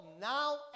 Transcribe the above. now